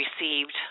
received